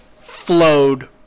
flowed